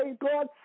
God